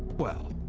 well,